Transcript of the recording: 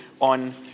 on